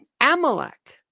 Amalek